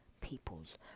people's